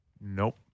Nope